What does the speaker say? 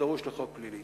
שדרושים לחוק פלילי.